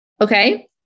Okay